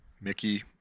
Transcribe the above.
Mickey